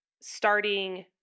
starting